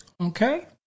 Okay